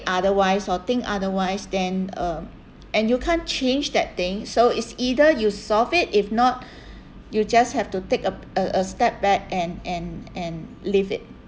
otherwise or think otherwise then um and you can't change that thing so it's either you solve it if not you just have to take ap~ a a step back and and and leave it